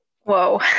whoa